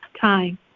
time